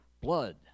blood